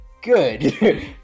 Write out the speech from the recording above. Good